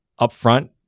upfront